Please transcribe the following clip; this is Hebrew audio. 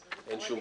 אז אין שום בעיה.